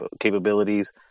capabilities